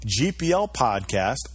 GPLPODCAST